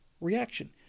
reaction